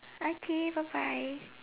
I T bye bye